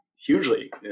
hugely